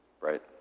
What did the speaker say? Right